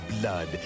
blood